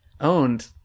owned